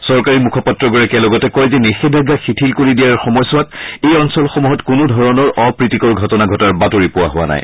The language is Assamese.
চৰকাৰী মূখপাত্ৰগৰাকীয়ে কয় যে নিষেধাজ্ঞা শিথিল কৰি দিয়া সময়ছাৱাত এই অঞ্চলসমূহত কোনো ধৰণৰ অপ্ৰীতিকৰ ঘটনা ঘটাৰ বাতৰি পোৱা নাই